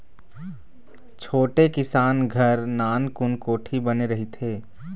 छोटे किसान घर नानकुन कोठी बने रहिथे